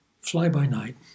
fly-by-night